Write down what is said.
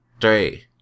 three